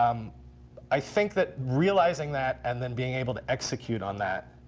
um i think that realizing that and then being able to execute on that